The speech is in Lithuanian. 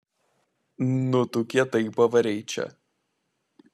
nu tu kietai pavarei čia